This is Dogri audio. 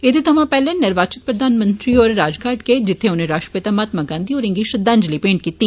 एदे सवां पैहले निर्वाचित प्रधानमंत्री होर राजघाट गे जित्थे उनें राश्ट्रपिता महात्मा गांधी होरें गी श्रद्धांजलि भेंट कीती